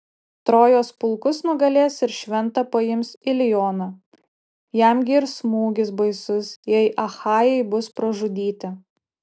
trojos pulkus nugalės ir šventą paims ilioną jam gi ir smūgis baisus jei achajai bus pražudyti